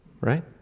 Right